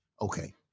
Okay